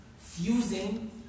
fusing